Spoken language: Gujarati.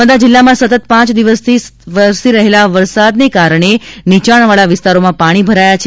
નર્મદા જિલ્લામાં સતત પાંચ દિવસથી સતત થઈ રહેલા ભારે વરસાદને કારણે નીચાણવાળા વિસ્તારોમાં પાણી ભરાઈ ગયા છે